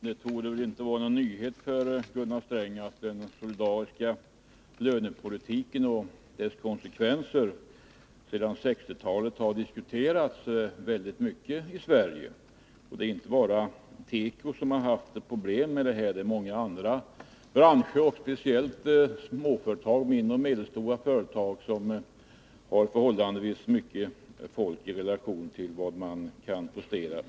Herr talman! Det borde inte vara någon nyhet för Gunnar Sträng att den solidariska lönepolitiken och konsekvenserna härav alltsedan 1960-talet har diskuterats väldigt mycket i Sverige. Det är inte bara tekobranschen som har haft problem av det här slaget. Det gäller också många andra branscher, speciellt småföretagen och de mindre och medelstora företagen som i relation till vad de kan prestera och omsätta har förhållandevis många anställda.